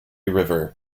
river